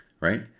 right